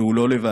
והוא לא לבד.